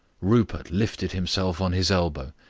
rupert lifted himself on his elbow,